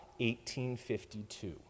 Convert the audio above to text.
1852